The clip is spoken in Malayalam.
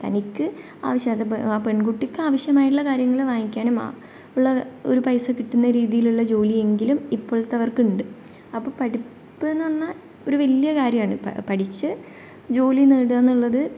തനിക്ക് ആവശ്യമായത് ഇപ്പം ആ പെൺകുട്ടിക്ക് ആവശ്യമായിട്ടുള്ള കാര്യങ്ങൾ വാങ്ങിക്കാനും ഉള്ള ഒരു പൈസ കിട്ടുന്ന രീതിയിലുള്ള ജോലിയെങ്കിലും ഇപ്പോളത്തെ അവർക്കുണ്ട് അപ്പം പഠിപ്പെന്ന് പറഞാൽ ഒരു വലിയ കാര്യമാണ് പ പഠിച്ച് ജോലി നേടുക എന്നുള്ളത്